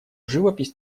живопись